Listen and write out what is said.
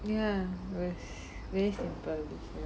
ya whereas was very simple